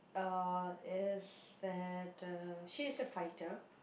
uh is better she's a fighter